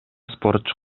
спортчу